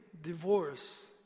divorce